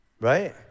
right